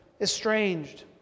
estranged